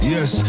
Yes